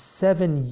seven